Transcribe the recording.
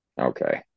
Okay